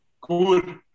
good